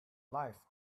life